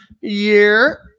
year